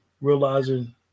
realizing